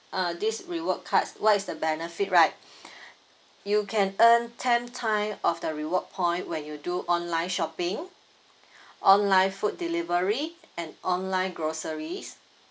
uh this reward cards what is the benefit right you can earn ten time of the reward point when you do online shopping online food delivery and online groceries